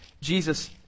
Jesus